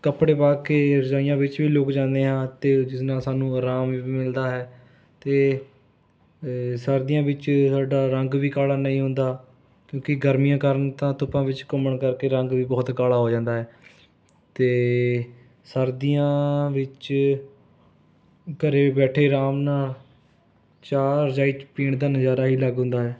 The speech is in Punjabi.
ਕੱਪੜੇ ਪਾ ਕੇ ਰਜਾਈਆਂ ਵਿੱਚ ਵੀ ਲੁਕ ਜਾਂਦੇ ਹਾਂ ਅਤੇ ਜਿਸ ਨਾਲ ਸਾਨੂੰ ਅਰਾਮ ਵੀ ਮਿਲਦਾ ਹੈ ਅਤੇ ਸਰਦੀਆਂ ਵਿੱਚ ਸਾਡਾ ਰੰਗ ਵੀ ਕਾਲ਼ਾ ਨਹੀਂ ਹੁੰਦਾ ਕਿਉਂਕਿ ਗਰਮੀਆਂ ਕਾਰਨ ਤਾਂ ਧੁੱਪਾਂ ਵਿੱਚ ਘੁੰਮਣ ਕਰਕੇ ਰੰਗ ਵੀ ਬਹੁਤ ਕਾਲ਼ਾ ਹੋ ਜਾਂਦਾ ਹੈ ਅਤੇ ਸਰਦੀਆਂ ਵਿੱਚ ਘਰ ਬੈਠੇ ਅਰਾਮ ਨਾਲ਼ ਚਾਹ ਰਜਾਈ 'ਚ ਪੀਣ ਦਾ ਨਜ਼ਾਰਾ ਹੀ ਅਲੱਗ ਹੁੰਦਾ ਹੈ